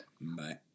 Bye